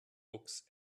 books